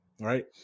right